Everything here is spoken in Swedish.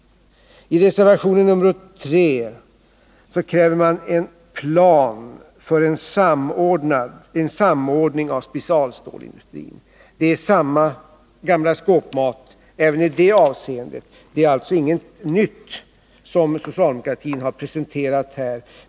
I reservationen 3 kräver man en plan för en samordning av specialstålsindustrin. Det är samma gamla skåpmat även i det avseendet, och det är alltså inget nytt som socialdemokratin har presenterat här.